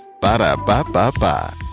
Ba-da-ba-ba-ba